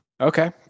Okay